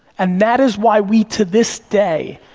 and that is why we, to this day,